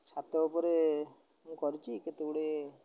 ତ ଉପରେ ମୁଁ କରିଛି କେତେ ଗୁଡ଼ିଏ